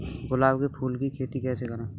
गुलाब के फूल की खेती कैसे करें?